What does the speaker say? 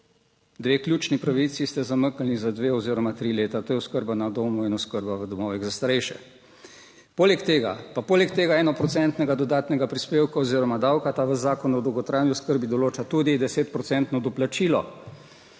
Dve ključni pravici ste zamaknili za dve oziroma tri leta, to je oskrba na domu in oskrba v domovih za starejše. Poleg tega pa poleg tega eno procentnega dodatnega prispevka oziroma davka, ta vaš Zakon o dolgotrajni oskrbi določa tudi deset